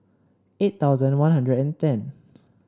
eight thousand One Hundred and ten